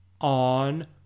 on